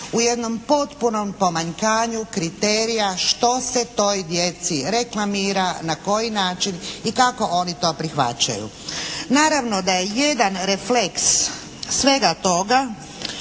u jednom potpunom pomanjkanju kriterija što se toj djeci reklamira, na koji način i kako oni to prihvaćaju. Naravno da je jedan refleks svega toga